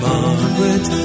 Margaret